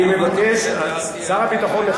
שר הביטחון,